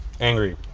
Angry